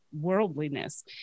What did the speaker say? worldliness